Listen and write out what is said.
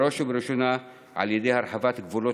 ובראש ובראשונה על ידי הרחבת גבולות